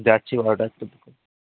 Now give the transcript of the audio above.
যাচ্ছি বারোটা দিক করে